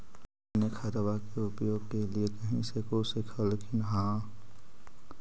अपने खादबा के उपयोग के लीये कही से कुछ सिखलखिन हाँ?